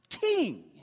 King